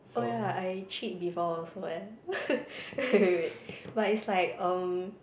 oh yeah I cheat before also eh wait wait wait but it's like um